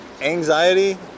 anxiety